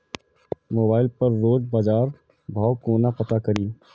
Mobile पर रोज बजार भाव कोना पता करि?